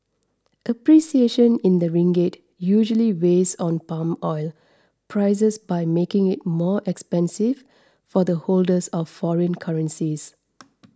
appreciation in the ringgit usually weighs on palm oil prices by making it more expensive for the holders of foreign currencies